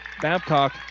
Babcock